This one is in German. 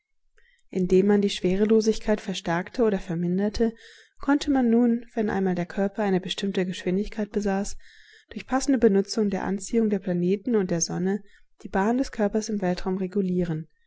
indem man die schwerelosigkeit verstärkte oder verminderte konnte man nun wenn einmal der körper eine bestimmte geschwindigkeit besaß durch passende benutzung der anziehung der planeten und der sonne die bahn des körpers im weltraum regulieren